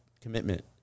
commitment